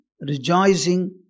rejoicing